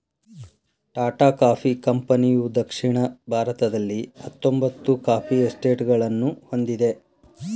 Tata coffee ಕಂಪನಿಯುದಕ್ಷಿಣ ಭಾರತದಲ್ಲಿಹತ್ತೊಂಬತ್ತು coffee ಎಸ್ಟೇಟ್ಗಳನ್ನು ಹೊಂದಿದೆ